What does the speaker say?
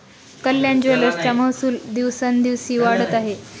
कल्याण ज्वेलर्सचा महसूल दिवसोंदिवस वाढत आहे